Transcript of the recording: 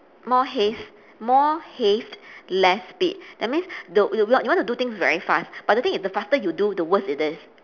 more haste more haste less speed that means the you you want to do things very fast but the thing is the faster you do the worst it is